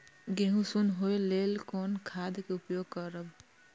गेहूँ सुन होय लेल कोन खाद के उपयोग करब?